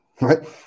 right